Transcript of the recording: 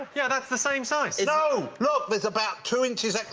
yeah, that's the same size. no! look, there's about two inches. like